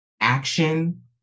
action